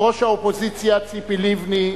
ראש האופוזיציה ציפי לבני,